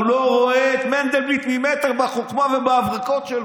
הוא לא רואה את מנדלבליט ממטר בחוכמה ובהברקות שלו.